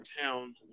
town